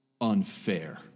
unfair